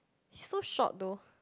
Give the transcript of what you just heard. is so short though